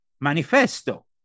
manifesto